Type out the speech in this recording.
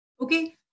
Okay